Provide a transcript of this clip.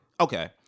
Okay